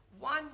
one